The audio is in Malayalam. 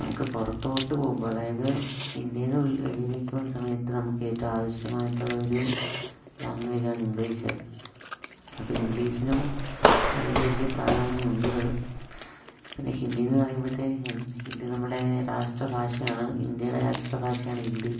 നമുക്ക് പുറത്തോട്ട് പോകുമ്പോൾ അതായത് ഇന്ത്യന്ന് വെളിയിലേക്ക് പോകുന്ന സമയത്ത് നമുക്കേറ്റവും ആവശ്യമായിട്ടുള്ളൊരു ലാംഗ്വേജ് ആണ് ഇംഗ്ലീഷ് അപ്പം ഇംഗ്ലീഷിനും വളരെ വലിയപ്രാധാന്യം ഉണ്ട് പിന്നെ ഹിന്ദീ എന്ന് പറയുമ്പോഴത്തേന് ഹിന്ദി നമ്മുടെ രാഷ്ട്രഭാഷയാണ് ഇന്ത്യയുടെ രാഷ്ട്രഭാഷയാണ് ഹിന്ദി